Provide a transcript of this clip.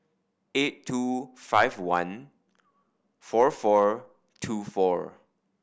eight two five one four four two four